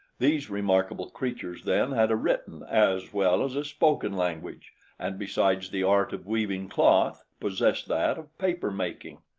these remarkable creatures, then, had a written as well as a spoken language and besides the art of weaving cloth possessed that of paper-making.